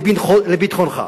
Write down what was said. לביטחונך.